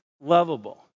lovable